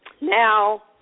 Now